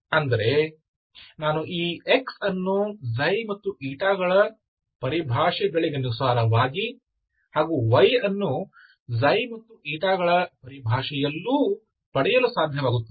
ಅಂದರೆ ನಾನು ಈ x ಅನ್ನು ξ ಮತ್ತು η ಗಳ ಪರಿಭಾಷೆಗಳಿಗನುಸಾರವಾಗಿ ಹಾಗೂ y ಅನ್ನು ξ ಮತ್ತು η ಗಳ ಪರಿಭಾಷೆಗಳಲ್ಲೂ ಪಡೆಯಲು ಸಾಧ್ಯವಾಗುತ್ತದೆ